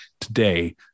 today